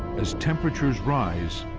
as temperatures rise,